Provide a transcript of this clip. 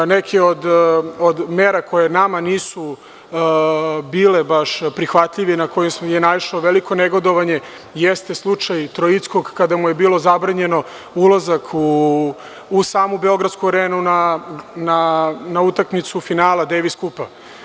Neke od mera koje nama nisu bile baš prihvatljive i koje su naišle na veliko negodovanje jeste slučaj Troickog, kada mu je bio zabranjen ulazak u samu „Beogradsku arenu“ na utakmicu finala „Dejvis kupa“